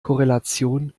korrelation